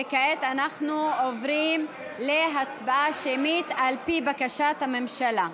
כעת אנחנו עוברים להצבעה שמית, על פי בקשת הממשלה.